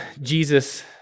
Jesus